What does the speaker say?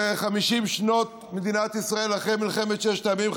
ב-50 שנות מדינת ישראל אחרי מלחמת ששת הימים,